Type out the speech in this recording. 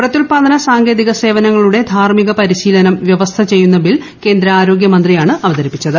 പ്രത്യുത്പാദന സാങ്കേതിക സേവനങ്ങളുടെ ധാർമ്മിക പരിശീലനം വൃവസ്ഥ ചെയ്യുന്ന ബിൽ കേന്ദ്ര ആരോഗ്യമന്ത്രിയാണ് അവതരിപ്പിച്ചത്